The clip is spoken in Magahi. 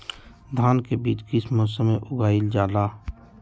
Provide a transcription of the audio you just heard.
धान के बीज किस मौसम में उगाईल जाला?